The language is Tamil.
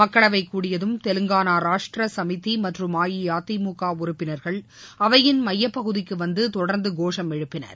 மக்களவை கூடியதும் தெலுங்கானா ராஷ்ட்ர சமிதி மற்றம் அஇஅதிமுக உறப்பினர்கள் அவையின் மையப்பகுதிக்கு வந்து தொடர்ந்து கோஷம் எழுப்பினார்கள்